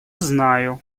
знаю